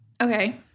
Okay